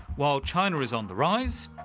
while china is on the rise,